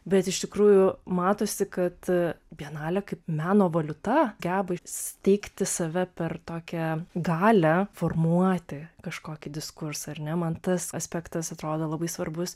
bet iš tikrųjų matosi kad bienalė kaip meno valiuta geba steigti save per tokią galią formuoti kažkokį diskursą ar ne man tas aspektas atrodo labai svarbus